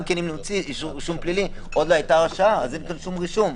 גם אם נוציא אישור רישום פלילי עוד לא הייתה הרשעה אז אין שום רישום,